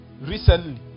recently